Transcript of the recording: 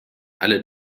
alle